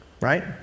right